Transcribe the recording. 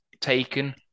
taken